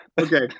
Okay